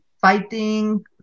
fighting